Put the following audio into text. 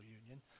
union